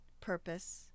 purpose